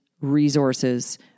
resources